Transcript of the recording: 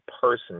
person